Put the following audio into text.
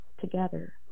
together